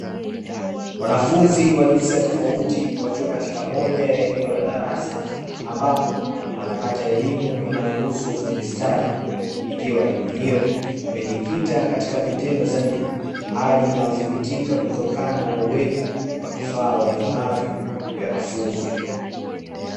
Wanafunzi wa jinsia tofauti wakiwa katika moja ya eneo la darasa, ambapo wanapata elimu inayohusu ufundi stadi, ikiwa elimu hiyo imejikita katika vitendo zaidi, hali inayothibitika kutokana na uwepo, wa vifaa walivyonavyo vya mafunzo.